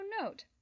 note